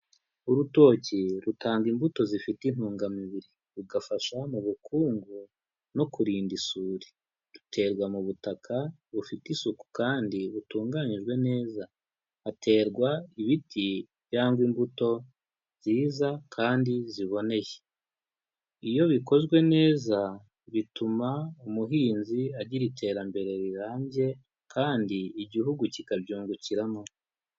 Urutoki rutanga imbuto zifite intungamubiri, rugafasha mu bukungu no kurinda isuri, ruterwa mu butaka bufite isuku kandi butunganyijwe neza, haterwa ibiti cyangwa imbuto nziza kandi ziboneye, iyo bikozwe neza bituma umuhinzi agira iterambere rirambye, kandi igihugu kikabyungukiramo.